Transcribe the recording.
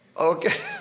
Okay